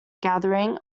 gathering